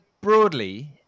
broadly